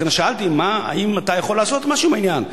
לכן, שאלתי אם אתה יכול לעשות משהו בעניין.